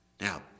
Now